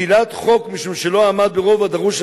פסילת חוק משום שלא עמד ברוב הדרוש של